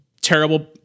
terrible